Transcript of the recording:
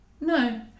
No